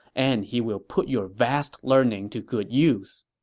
and he will put your vast learning to good use.